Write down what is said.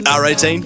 R18